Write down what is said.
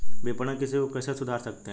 विपणन कृषि को कैसे सुधार सकते हैं?